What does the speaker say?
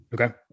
Okay